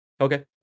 Okay